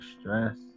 stress